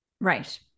Right